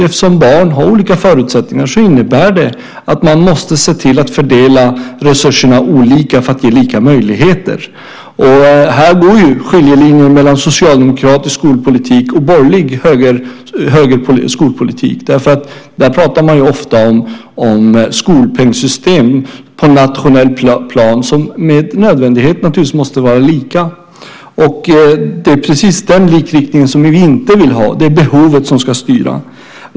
Eftersom barn har olika förutsättningar innebär det att man måste se till att fördela resurserna olika för att ge lika möjligheter. Här går ju skiljelinjen mellan socialdemokratisk skolpolitik och borgerlig skolpolitik. Där pratar man ofta om ett skolpengssystem på nationellt plan, där det naturligtvis med nödvändighet måste vara lika. Det är precis den likriktningen vi inte vill ha. Det är behovet som ska styra.